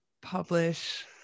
publish